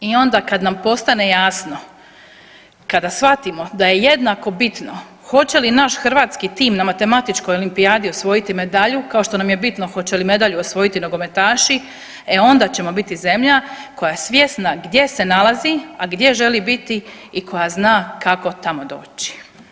I onda kad nam postane jasno i kada shvatimo da je jednako bitno hoće li naš hrvatski tim na matematičkoj olimpijadi osvojiti medalju, kao što nam je bitno hoće li medalju osvojiti nogometaši, e onda ćemo biti zemlja koja je svjesna gdje se nalazi, a gdje želi biti i koja zna kako tamo doći.